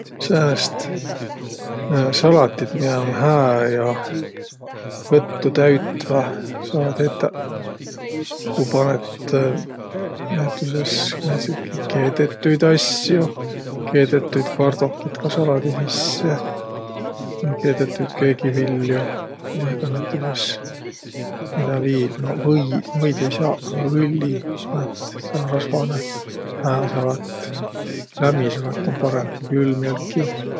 Säänest salatit, miä um hää ja kõttutäütvä saa tetäq, ku panõt näütüses määntsitki keedetüid asjo, keedetüid kardohkit ka saladi sisse, vai keedetüid köögiviljo. Vai ka nütüses, midä viil? No või- võidu ei saaq, aga õlli panõt, saa rasvanõ, hää salat. Lämmi saat um parõmb, ku külm jälki.